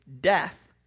death